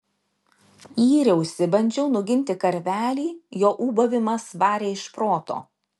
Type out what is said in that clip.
yriausi bandžiau nuginti karvelį jo ūbavimas varė iš proto